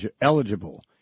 eligible